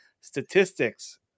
statistics